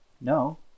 No